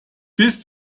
bist